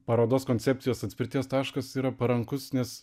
parodos koncepcijos atspirties taškas yra parankus nes